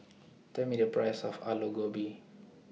Tell Me The Price of Aloo Gobi